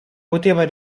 poteva